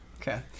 Okay